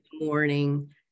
morning